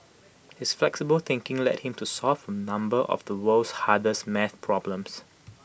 his flexible thinking led him to solve A number of the world's hardest math problems